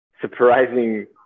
surprising